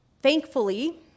Thankfully